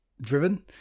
driven